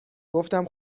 گفتم